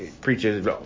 preaches